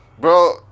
Bro